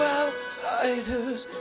outsiders